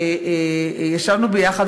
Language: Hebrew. ישבנו ביחד,